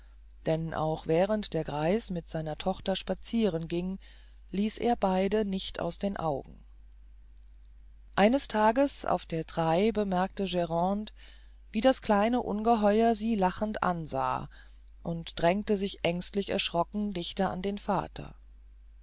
denn auch während der greis mit seiner tochter spazieren ging ließ er beide nicht aus den augen eines tages auf der treille bemerkte grande wie das kleine ungeheuer sie lachend ansah und drängte sich ängstlich erschrocken dichter an den vater